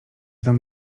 tam